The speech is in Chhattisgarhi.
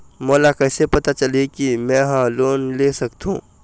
मोला कइसे पता चलही कि मैं ह लोन ले सकथों?